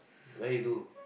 where you do